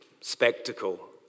spectacle